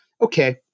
okay